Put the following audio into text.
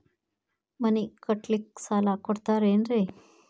ಮನಿ ಕಟ್ಲಿಕ್ಕ ಸಾಲ ಕೊಡ್ತಾರೇನ್ರಿ?